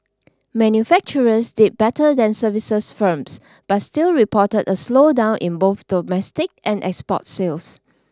manufacturers did better than services firms but still reported a slowdown in both domestic and export sales